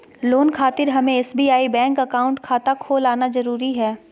Loan खातिर हमें SBI bank account खाता खोल आना जरूरी है?